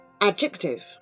Adjective